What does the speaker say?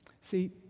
See